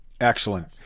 Excellent